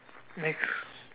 next